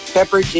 Pepper